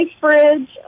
fridge